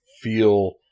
feel